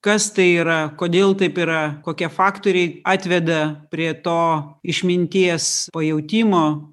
kas tai yra kodėl taip yra kokie faktoriai atveda prie to išminties pajautimo